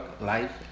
Life